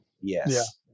yes